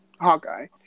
Hawkeye